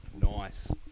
Nice